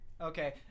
Okay